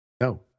No